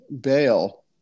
bail